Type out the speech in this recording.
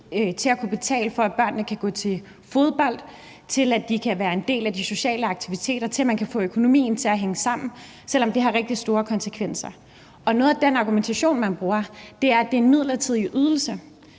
til at kunne betale for, at børnene kan gå til fodbold, at de kan være en del af sociale aktiviteter, og at man kan få økonomien til at hænge sammen, selv om det har rigtig store konsekvenser. Og noget af den argumentation, man bruger, er, at det er en midlertidig ydelse,